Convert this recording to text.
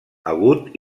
agut